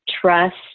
trust